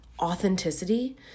authenticity